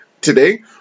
today